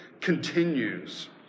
continues